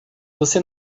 você